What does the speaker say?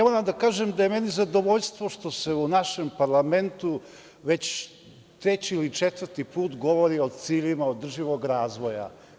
Moram da kažem da je meni zadovoljstvo što se u našem parlamentu već treći ili četvrti put govori o ciljevima održivog razvoja.